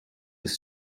his